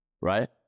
Right